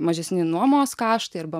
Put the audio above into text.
mažesni nuomos kaštai arba